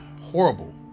horrible